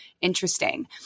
interesting